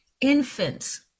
infants